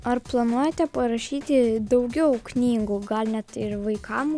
ar planuojate parašyti daugiau knygų gal net ir vaikam